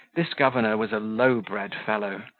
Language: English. this governor was a low-bred fellow,